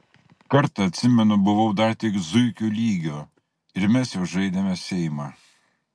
kartą atsimenu buvau dar tik zuikių lygio ir mes jau žaidėme seimą